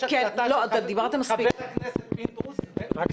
יש הקלטה של ח"כ פינדרוס --- לא.